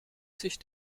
sich